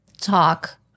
talk